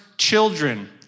children